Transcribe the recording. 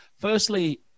Firstly